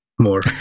more